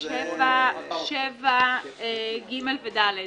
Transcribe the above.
7(ג) ו-(ד).